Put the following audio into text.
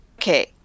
Okay